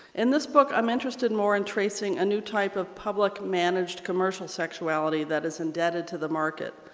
in this book i'm interested more in tracing a new type of public managed commercial sexuality that is indebted to the market.